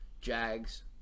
Jags